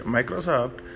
Microsoft